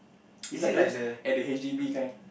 is like those at the h_d_b kind